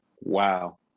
Wow